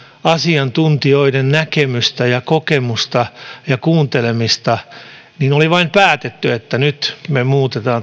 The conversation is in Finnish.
asiantuntijoiden näkemystä ja kokemusta ja kuuntelemista oli vain päätetty että nyt me muutamme